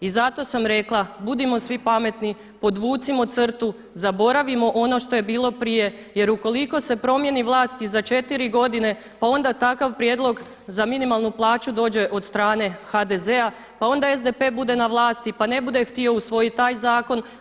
I zato sam rekla, budimo svi pametni, podvucimo crtu, zaboravimo ono što je bilo prije jer u koliko se promijeni vlast i za 4 godine pa onda takav prijedlog za minimalnu plaću dođe od strane HDZ-a pa onda SDP bude na vlasti pa ne bude htio usvojih taj zakona.